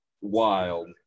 wild